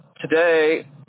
today